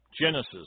Genesis